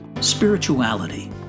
Spirituality